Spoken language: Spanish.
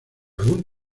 algún